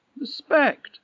Respect